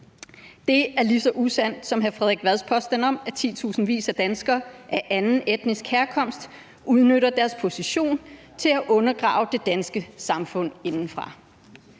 er lige så usandt, som hr. Frederik Vads påstand om, at titusindvis af danskere af anden etnisk herkomst udnytter deres position til at undergrave det danske samfund indefra.